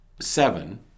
seven